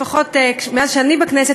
לפחות מאז שאני בכנסת,